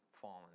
fallen